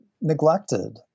neglected